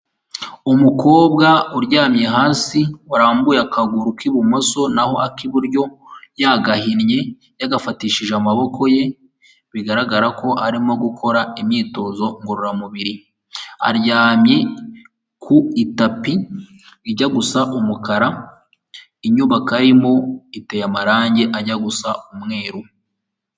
Umukobwa uryamye hasi warambuye akaguru k'ibumoso naho ak'iburyo yagahinnye yagafatishije amaboko ye, bigaragara ko arimo gukora imyitozo ngororamubiri aryamye ku itapi ijya gusa umukara, inyubako arimo iteye amarangi ajya gusa umweru.